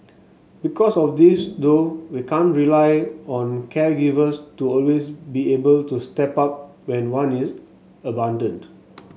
because of this though we can't rely on caregivers to always be able to step up when one is abandoned